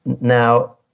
Now